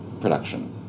production